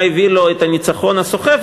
מה הביא לו את הניצחון הסוחף,